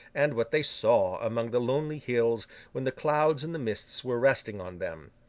and what they saw among the lonely hills when the clouds and the mists were resting on them.